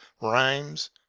rhymes